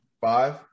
five